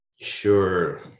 Sure